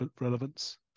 relevance